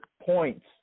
points